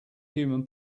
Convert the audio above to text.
human